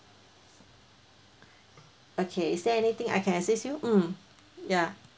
okay is there anything I can assist you mm ya